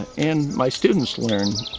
and my students learn,